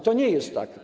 To nie jest tak.